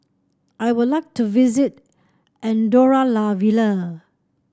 I would like to visit Andorra La Vella